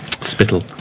spittle